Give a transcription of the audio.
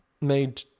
made